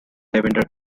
lavender